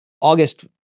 August